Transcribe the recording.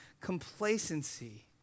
complacency